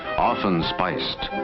often spiced,